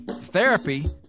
therapy